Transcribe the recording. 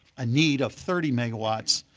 a need of thirty megawatts,